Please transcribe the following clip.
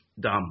dumb